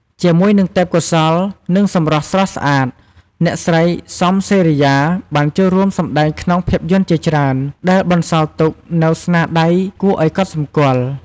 ជាមួយនឹងទេពកោសល្យ និងសម្រស់ស្រស់ស្អាត អ្នកស្រី សំ សេរីយ៉ា បានចូលរួមសម្តែងក្នុងភាពយន្តជាច្រើន ដែលបន្សល់ទុកនូវស្នាដៃគួរឲ្យកត់សម្គាល់។